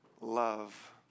love